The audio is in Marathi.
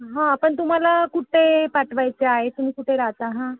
हां पण तुम्हाला कुठे पाठवायचे आहे तुम्ही कुठे राहता हां